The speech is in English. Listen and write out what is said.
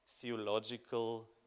theological